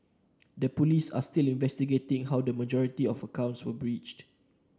the police are still investigating how the majority of the accounts were breached